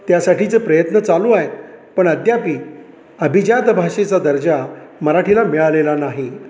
त्यासाठीचे प्रयत्न चालू आहे पण अद्यापि अभिजात भाषेचा दर्जा मराठीला मिळालेला नाही